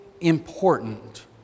important